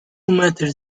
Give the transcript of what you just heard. methods